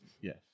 yes